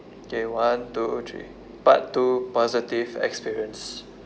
okay one two three part two positive experience